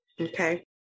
Okay